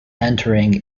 entering